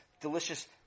delicious